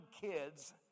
kids